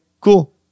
cool